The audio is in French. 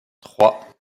trois